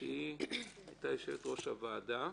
כי היא היתה יושבת-ראש הוועדה.